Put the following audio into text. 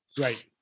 Right